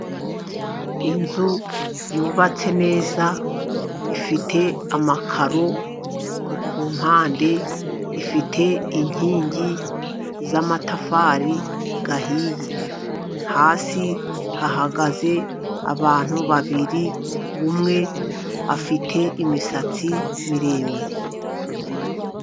Inzu yubatse neza ifite amakaro kumpande, ifite inkingi z'amatafari ahiye. Hasi hahagaze abantu babiri, umwe afite imisatsi miremire.